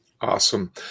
Awesome